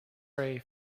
ray